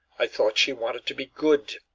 i thought she wanted to be good,